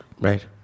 Right